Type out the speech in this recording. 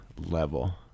level